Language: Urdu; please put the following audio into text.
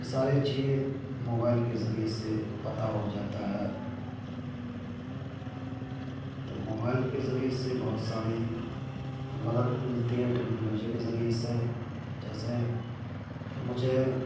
یہ ساری چیز موبائل کے ذریعے سے پتہ ہو جاتا ہے تو موبائل کے ذریعے سے بہت ساری مدد ملتی ہے ٹیکنالوجی کے ذریعے سے جیسے مجھے